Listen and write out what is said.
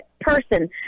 person